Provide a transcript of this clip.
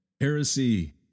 Heresy